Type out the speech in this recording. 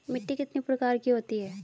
मिट्टी कितने प्रकार की होती हैं?